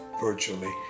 virtually